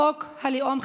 חוק הלאום,